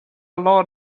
lot